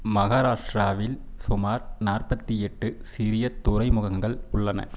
மகாராஷ்ட்ராவில் சுமார் நாற்பத்து எட்டு சிறிய துறைமுகங்கள் உள்ளன